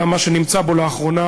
גם מה שנמצא בו, לאחרונה,